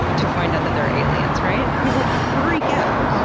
to find out that there are aliens. right? people would freak out.